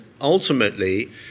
ultimately